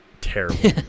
terrible